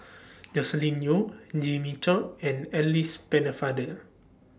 Joscelin Yeo Jimmy Chok and Alice Pennefather